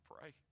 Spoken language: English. pray